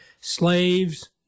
Slaves